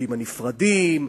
מהקווים הנפרדים,